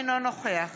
אינו נוכח